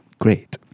great